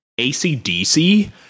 ACDC